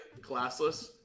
classless